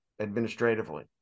administratively